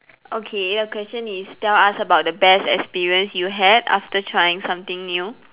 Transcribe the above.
okay your question is tell us about the best experience you had after trying something new